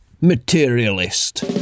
Materialist